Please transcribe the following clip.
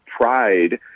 pride